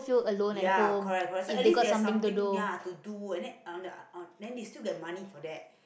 ya correct correct so at least they have something ya to do and then on~ then they still get money for that